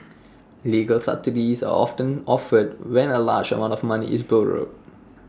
legal subsidies are of turn offered when A large amount of money is borrowed